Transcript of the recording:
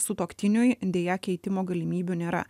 sutuoktiniui deja keitimo galimybių nėra